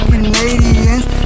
Canadians